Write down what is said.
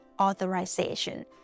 authorization